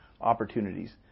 opportunities